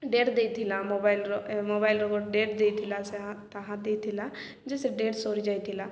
date ଦେଇଥିଲା ମୋବାଇଲର ମୋବାଇଲର ଗ ଡେଟ୍ ଦେଇଥିଲା ସେ ତାହା ଦେଇଥିଲା ଯେ ସେ ଡେଟ୍ ସରି ଯାଇଥିଲା